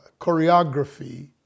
choreography